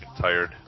tired